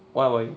what about you